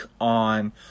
on